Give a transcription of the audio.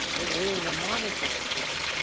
but we're in a monetary system,